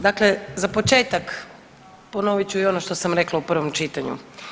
Dakle, za početak ponovit ću i ono što sam rekla u prvom čitanju.